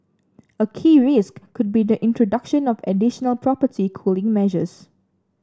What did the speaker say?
a key risk could be the introduction of additional property cooling measures